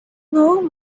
know